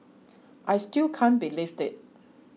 I still can't believe it